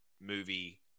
movie